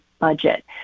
budget